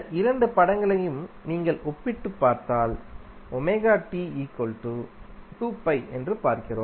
இரண்டு படங்களையும் நீங்கள் ஒப்பிட்டுப் பார்த்தால் என்று பார்க்கிறோம்